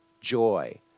joy